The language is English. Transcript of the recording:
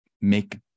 make